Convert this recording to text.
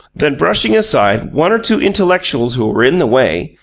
then, brushing aside one or two intellectuals who were in the way,